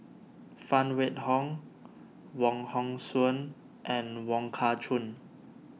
Phan Wait Hong Wong Hong Suen and Wong Kah Chun